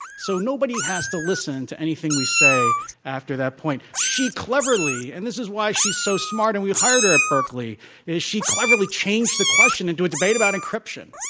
so nobody has to listen to anything we say after that point. she cleverly and this is why she's so smart and we hired her at berkeley is she cleverly changed the question into a debate about encryption.